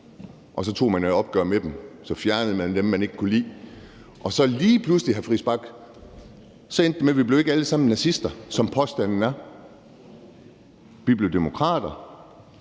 og så tog man et opgør med dem og fjernede dem, man ikke kunne lide. Lige pludselig endte det med, hr. Christian Friis Bach, at vi ikke alle sammen blev nazister, som påstanden er. Vi blev demokrater,